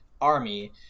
army